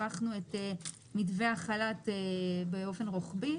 הארכנו את מתווה החל"ת באופן רוחבי.